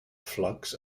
flux